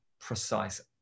precise